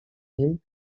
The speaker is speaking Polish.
nim